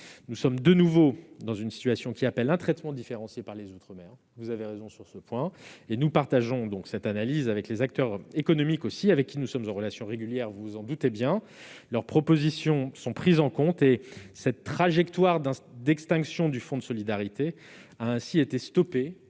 Nous sommes de nouveau dans une situation qui appelle un traitement différencié outre-mer. Vous avez raison sur ce point et nous partageons cette analyse avec les acteurs économiques, avec qui nous sommes naturellement en relation régulière. Leurs propositions sont prises en compte. La trajectoire d'extinction du fonds de solidarité a ainsi été stoppée